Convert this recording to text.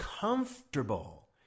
comfortable